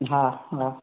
हा हा